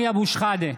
משה אבוטבול,